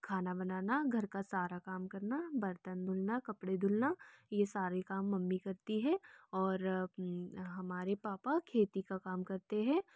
खाना बनना घर का सारा काम करना बर्तन धुलना कपड़े धुलना यह सारे काम मम्मी करती है और हमारे पापा खेती का काम करते हैं